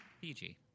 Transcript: PG